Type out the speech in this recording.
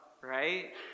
right